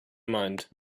mind